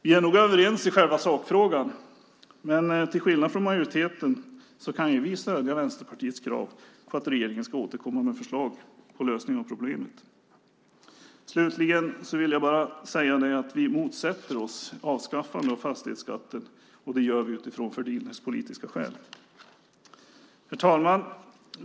Vi är nog överens i själva sakfrågan, men till skillnad från majoriteten kan vi stödja Vänsterpartiets krav på att regeringen ska återkomma med förslag på lösning av problemet. Till sist vill jag bara säga att vi motsätter oss ett avskaffande av fastighetsskatten, och det gör vi utifrån fördelningspolitiska skäl. Herr talman!